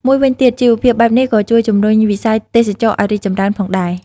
មួយវិញទៀត ជីវភាពបែបនេះក៏ជួយជំរុញវិស័យទេសចរណ៍ឲ្យរីកចម្រើនផងដែរ។